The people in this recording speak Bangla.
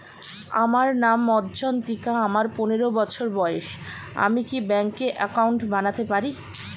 আমার নাম মজ্ঝন্তিকা, আমার পনেরো বছর বয়স, আমি কি ব্যঙ্কে একাউন্ট বানাতে পারি?